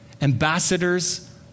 Ambassadors